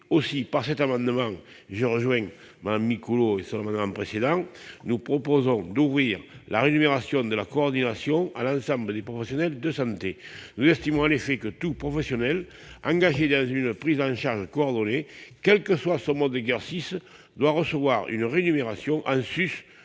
Aussi, par cet amendement, qui rejoint celui de Mme Micouleau, nous proposons d'ouvrir la rémunération de la coordination à l'ensemble des professionnels de santé. Nous estimons en effet que tout professionnel de santé engagé dans une prise en charge coordonnée, quel que soit son mode d'exercice, doit recevoir une rémunération en sus